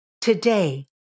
Today